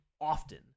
often